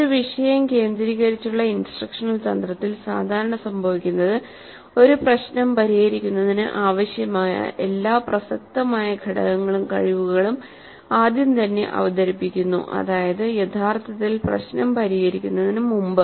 ഒരു വിഷയം കേന്ദ്രീകരിച്ചുള്ള ഇൻസ്ട്രക്ഷണൽ തന്ത്രത്തിൽ സാധാരണ സംഭവിക്കുന്നത് ഒരു പ്രശ്നം പരിഹരിക്കുന്നതിന് ആവശ്യമായ എല്ലാ പ്രസക്തമായ ഘടകങ്ങളും കഴിവുകളും ആദ്യം തന്നെ അവതരിപ്പിക്കുന്നു അതായത് യഥാർത്ഥത്തിൽ പ്രശ്നം പരിഹരിക്കുന്നതിന് മുമ്പ്